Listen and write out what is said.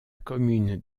commune